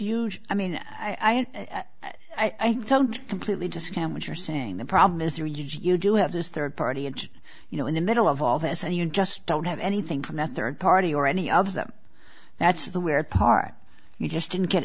huge i mean i didn't i thought completely discount what you're saying the problem is you you do have this third party and you know in the middle of all this and you just don't have anything from the third party or any of them that's the weird part you just didn't get